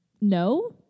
No